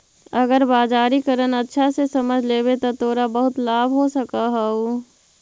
अगर बाजारीकरण अच्छा से समझ लेवे त तोरा बहुत लाभ हो सकऽ हउ